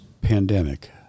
pandemic